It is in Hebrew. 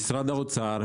משרד האוצר,